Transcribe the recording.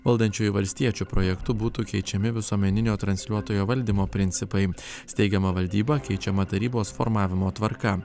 valdančiųjų valstiečių projektu būtų keičiami visuomeninio transliuotojo valdymo principai steigiama valdyba keičiama tarybos formavimo tvarka